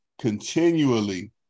continually